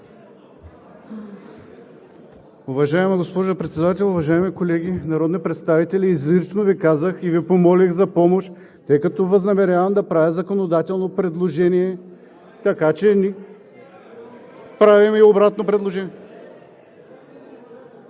Уважаема госпожо Председател, уважаеми колеги народни представители! Изрично Ви казах и Ви помолих за помощ, тъй като възнамерявам да направя законодателно предложение, така че правя обратно предложение.